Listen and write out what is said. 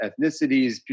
ethnicities